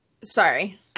Sorry